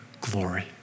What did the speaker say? glory